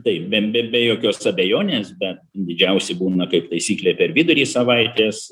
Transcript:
taip be be be jokios abejonės bet didžiausi būna kaip taisyklė per vidurį savaitės